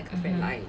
mmhmm